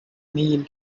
meal